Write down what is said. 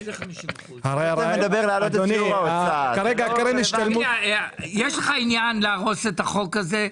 יש לך עניין להרוס את החוק הזה?